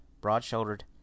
broad-shouldered